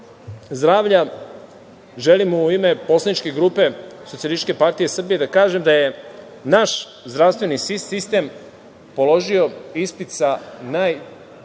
zdravlja, želim u ime Poslaničke grupe Socijalističke partije Srbije da kažem da je naš zdravstveni sistem položio ispit sa najvećom